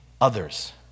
others